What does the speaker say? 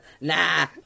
Nah